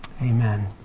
Amen